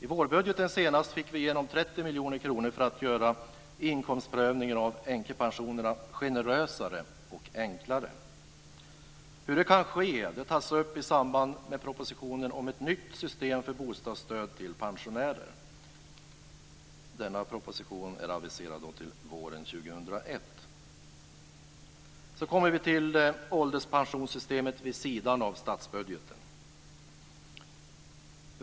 I vårbudgeten senast fick vi igenom 30 miljoner kronor för att göra inkomstprövningen av änkepensionerna generösare och enklare. Hur det kan ske tas upp i samband med propositionen om ett nytt system för bostadsstöd till pensionärer. Denna proposition är aviserad till våren 2001. Så kommer vi till ålderspensionssystemet vid sidan av statsbudgeten.